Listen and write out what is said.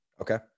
Okay